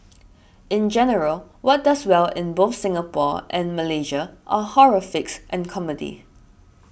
in general what does well in both Singapore and Malaysia are horror flicks and comedies